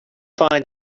find